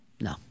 No